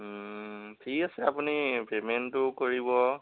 ঠিক আছে আপুনি পে'মেণ্টটো কৰিব